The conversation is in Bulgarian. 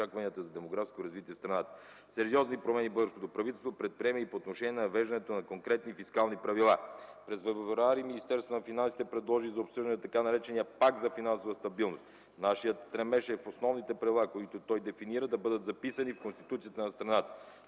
очакванията за демографско развитие в страната. Сериозни промени българското правителство предприема и по отношение на въвеждането на конкретни фискални правила. През м. февруари Министерството на финансите предложи за обсъждане така наречения Пакт за финансова стабилност. Нашият стремеж е основните правила, които той дефинира, да бъдат записани в Конституцията на страната.